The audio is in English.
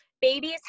babies